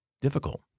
difficult